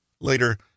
Later